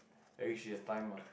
at least she has time ah